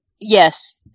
yes